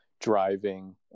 driving